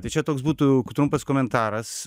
tai čia toks būtų trumpas komentaras